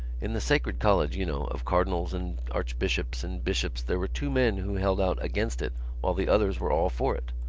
in the sacred college, you know, of cardinals and archbishops and bishops there were two men who held out against it while the others were all for it.